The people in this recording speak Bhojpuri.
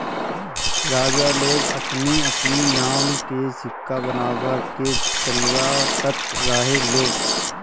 राजा लोग अपनी अपनी नाम के सिक्का बनवा के चलवावत रहे लोग